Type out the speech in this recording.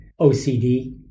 OCD